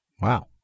Wow